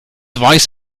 weiß